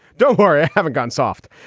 don't worry, i haven't gone soft.